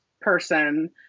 person